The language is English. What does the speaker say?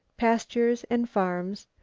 pastures and farms,